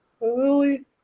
Lily